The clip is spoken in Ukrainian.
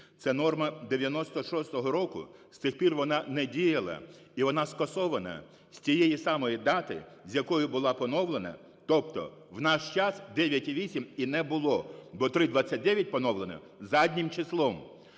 це норма 1996 року, з тих пір вона не діяла, і вона скасована з тієї самої дати, з якої була поновлена. Тобто у нас час 9,8 і не було, бо 3,29 поновлено заднім числом.